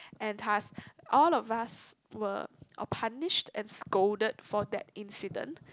and thus all of us were oh punished and scolded for that incident